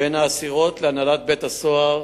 בין האסירות להנהלת בית-הסוהר